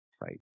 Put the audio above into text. Right